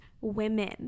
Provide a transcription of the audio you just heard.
women